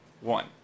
one